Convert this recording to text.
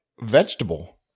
vegetable